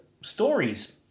stories